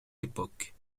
époques